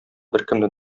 беркемне